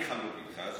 אני חלוק איתך.